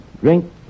Drink